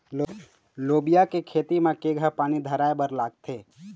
लोबिया के खेती म केघा पानी धराएबर लागथे?